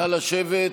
נא לשבת.